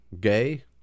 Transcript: gay